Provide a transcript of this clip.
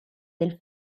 del